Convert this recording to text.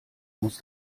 muss